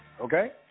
Okay